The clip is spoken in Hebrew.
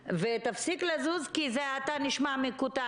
וזה גם מה שאיציק ניסה להגיד,